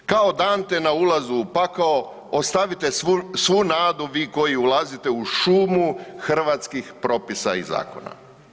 Kao Dante na ulazu u pakao ostavite svu nadu vi koji ulazite u šumu hrvatskih propisa i zakona.